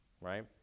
right